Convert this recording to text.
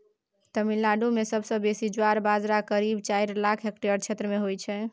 तमिलनाडु मे सबसँ बेसी ज्वार बजरा करीब चारि लाख हेक्टेयर क्षेत्र मे होइ छै